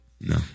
No